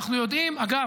אגב,